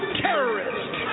terrorist